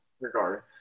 regard